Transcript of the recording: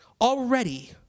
Already